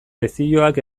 lezioak